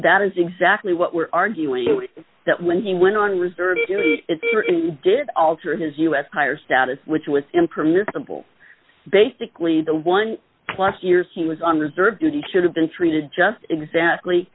that is exactly what we're arguing is that when he went on reserve did alter his us higher status which was impermissible basically the one plus years he was on reserve duty should have been treated just exactly